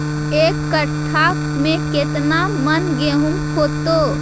एक कट्ठा में केतना मन गेहूं होतै?